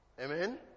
Amen